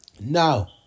Now